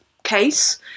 case